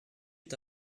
est